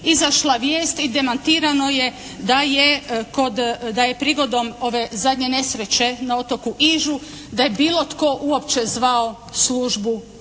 izašla vijest i demantirano je da je kod, da je prigodom ove zadnje nesreće na otoku Ižu, da je bilo tko uopće zvao službu